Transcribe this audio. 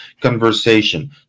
conversation